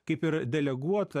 kaip ir deleguot